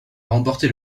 remporté